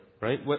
right